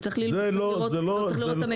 זה לא סביר.